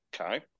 okay